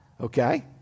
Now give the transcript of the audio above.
Okay